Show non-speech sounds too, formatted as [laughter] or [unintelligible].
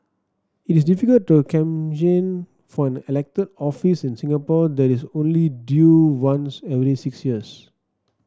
it is difficult to [unintelligible] for an elected office in Singapore that is only due once every six years